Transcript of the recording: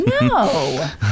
No